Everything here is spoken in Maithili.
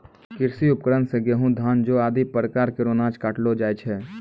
कृषि उपकरण सें गेंहू, धान, जौ आदि प्रकार केरो अनाज काटलो जाय छै